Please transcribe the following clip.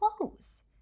clothes